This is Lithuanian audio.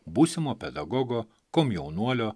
būsimo pedagogo komjaunuolio